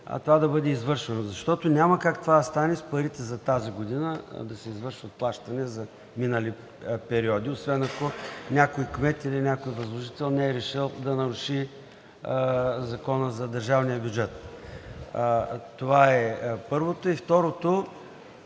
това да бъде извършено. Защото няма как това да стане – с парите за тази година да се извършват плащания за минали периоди, освен ако някой кмет или някой възложител не е решил да наруши Закона за държавния бюджет, това е първото. И второто